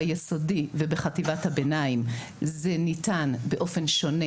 ביסודי ובחטיבת הביניים זה ניתן באופן שונה,